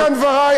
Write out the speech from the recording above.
עד כאן דברי.